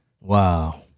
Wow